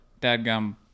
dadgum